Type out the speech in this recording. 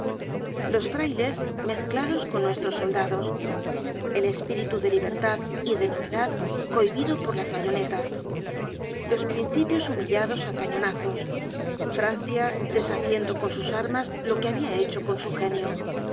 los frailes mezclados con nuestros soldados el espíritu de libertad y de novedad cohibido por las bayonetas los principios humillados á cañonazos francia deshaciendo con sus armas lo que habia hecho con su genio